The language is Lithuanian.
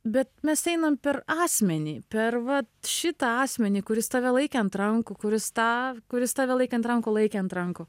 bet mes einam per asmenį per va šitą asmenį kuris tave laikė ant rankų kuris tą kuris tave laikė ant rankų laikė ant rankų